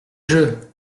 jeu